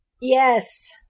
Yes